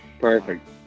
perfect